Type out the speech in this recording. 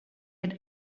had